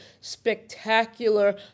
spectacular